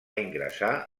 ingressar